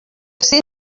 ser